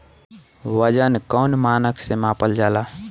वजन कौन मानक से मापल जाला?